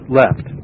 left